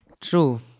True